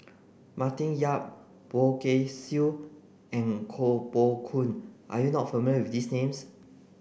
Martin Yan Poh Kay Swee and Koh Poh Koon are you not familiar with these names